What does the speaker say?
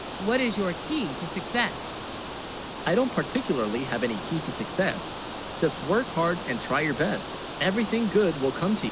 what is your key to success i? don't particularly have, any key to success just work hard and try your best everything, good will come to